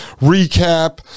recap